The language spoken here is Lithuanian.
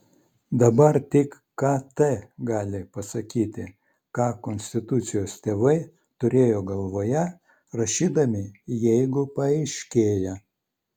dabar tik kt gali pasakyti ką konstitucijos tėvai turėjo galvoje rašydami jeigu paaiškėja